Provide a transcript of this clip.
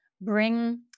bring